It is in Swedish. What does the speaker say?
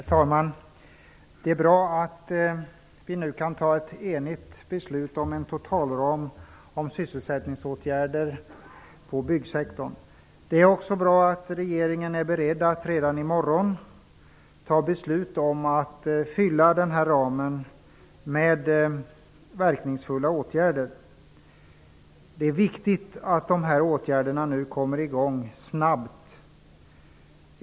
Herr talman! Det är bra att vi nu kan fatta ett enigt beslut om en totalram för sysselsättningsåtgärder på byggsektorn. Det är också bra att regeringen är beredd att redan i morgon fatta beslut om att fylla denna ram med verkningsfulla åtgärder. Det är viktigt att dessa åtgärder nu kommer i gång snabbt.